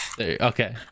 Okay